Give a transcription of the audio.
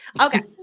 Okay